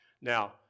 Now